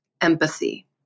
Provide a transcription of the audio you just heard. Empathy